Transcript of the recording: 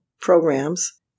programs